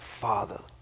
father